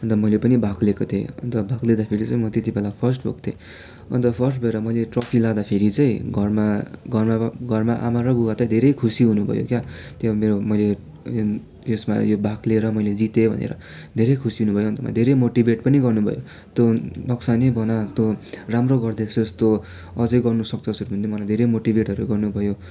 अन्त मैले पनि भाग लिएको थिएँ अन्त भाग लिँदा फेरि चाहिँ म त्यति बेला फर्स्ट भएको थिएँ अन्त फर्स्ट भएर मैले ट्रफी लाँदा फेरि चाहिँ घरमा घरमा अब घरमा आमा र बुबा त धेरै खुसी हुनु भयो क्या त्यो मेरो मैले यो यसमा यो भाग लिएर मैले जिते भनेर धेरै खुसी हुनु भयो अन्त म धेरै मोटिभेट पनि गर्नु भयो तँ नक्सा नै बना तँ राम्रो गरेको छस् तँ अझ गर्नु सक्छसहरू भन्दै मलाई धेरै मोटिभेटहरू गर्नु भयो